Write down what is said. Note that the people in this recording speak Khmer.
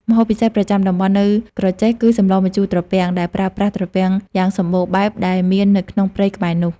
ម្ហូបពិសេសប្រចាំតំបន់នៅក្រចេះគឺសម្លម្ជូរត្រពាំង ដែលប្រើប្រាស់ត្រពាំងយ៉ាងសំបូរបែបដែលមាននៅក្នុងព្រៃក្បែរនោះ។